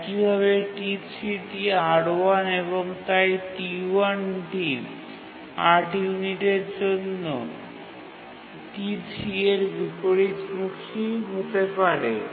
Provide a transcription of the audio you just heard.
একইভাবে T3 টি R1 এবং তাই T1 টি ৮ ইউনিটের জন্য T3 এর বিপরীতমুখী হতে পারে